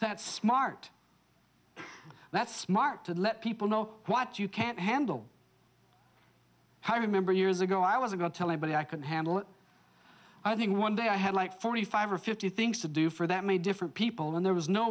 that's smart that's smart to let people know what you can't handle how i remember years ago i was going to tell anybody i could handle it i think one day i had like forty five or fifty things to do for that many different people and there was no